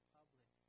public